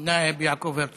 יושב-ראש